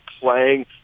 playing